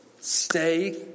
Stay